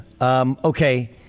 Okay